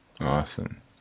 awesome